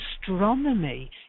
astronomy